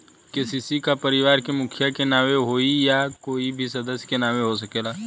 KCC का परिवार के मुखिया के नावे होई या कोई भी सदस्य के नाव से हो सकेला?